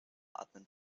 atmen